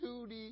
duty